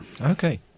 Okay